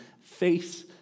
face